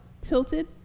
tilted